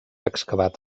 excavat